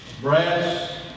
brass